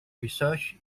research